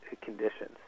conditions